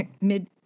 mid